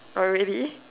orh really